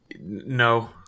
No